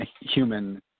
human